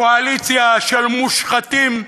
קואליציה של מושחתים,